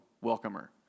welcomer